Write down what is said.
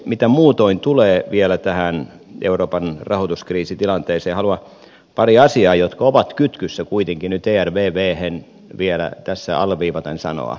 mitä muutoin tulee vielä tähän euroopan rahoituskriisitilanteeseen haluan pari asiaa jotka ovat kytkyssä kuitenkin nyt ervvhen vielä tässä alleviivaten sanoa